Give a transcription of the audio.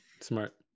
Smart